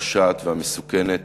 הפושעת והמסוכנת